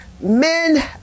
men